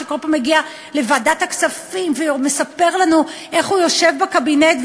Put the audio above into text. שכל פעם מגיע לוועדת הכספים ומספר לנו איך הוא יושב בקבינט,